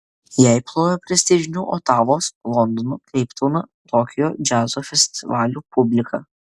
jai plojo prestižinių otavos londono keiptauno tokijo džiazo festivalių publika